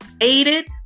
aided